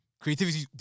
creativity